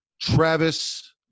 Travis